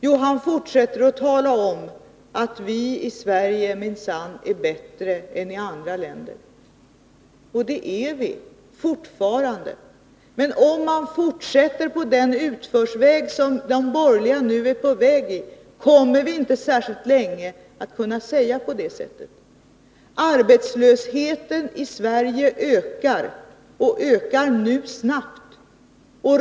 Jo, han fortsätter att tala om att vi i Sverige minsann är bättre än i andra länder. Det är vi fortfarande, men om vi fortsätter på den utförsväg som de borgerliga fört oss in på kommer vi inte särskilt länge att kunna säga på det sättet. Arbetslösheten i Sverige ökar, och ökar nu snabbt.